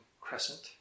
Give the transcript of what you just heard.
crescent